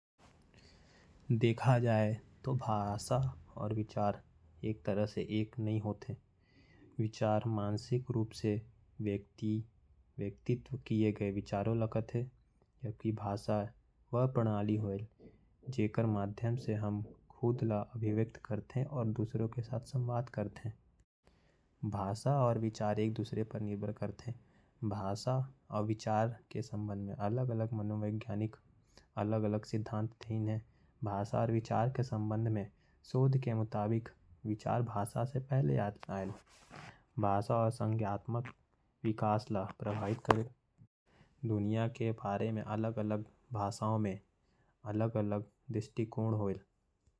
देखा जाए तो भाषा और विचार एक नहीं होयल। भाषा एक दुसर से बात करे बर होयल। विचार मानसिक रूप से सोच है । अलग अलग मानो वैज्ञानिकों एकर ऊपर अलग अलग सिद्धांत देहिन है। शोध के मुताबिक विचार भाषा से पहले आएल। भाषा और विचार के अलग अलग नैतिकता है।